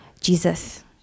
Jesus